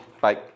bye